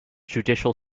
judicial